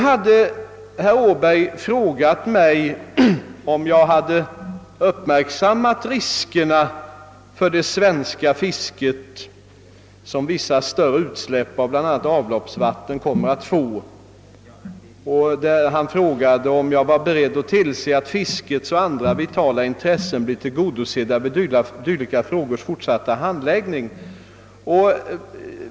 Herr Åberg frågade mig om jag hade uppmärksammat de risker för det svenska fisket som vissa större utsläpp av bl.a. avloppsvatten kommer att innebära och om jag var beredd att tillse att fiskets och andra vitala intressen blir tillgodosedda vid dylika frågors fortsatta handläggning.